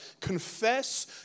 confess